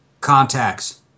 contacts